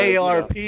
ARP